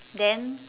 then